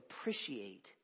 appreciate